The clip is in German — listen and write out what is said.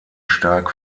stark